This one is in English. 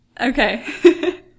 Okay